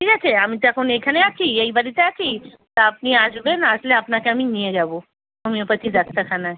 ঠিক আছে আমি তো এখন এখানে আছি এই বাড়িতে আছি তা আপনি আসবেন আসলে আপনাকে আমি নিয়ে যাবো হোমিওপ্যাথি ডাক্তারখানায়